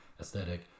aesthetic